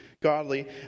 godly